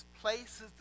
places